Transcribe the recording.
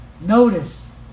Notice